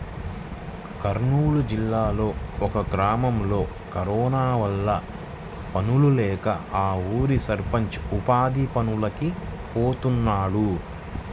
కర్నూలు జిల్లాలో ఒక గ్రామంలో కరోనా వల్ల పనుల్లేక ఆ ఊరి సర్పంచ్ ఉపాధి పనులకి పోతున్నాడు